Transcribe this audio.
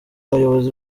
bayobozi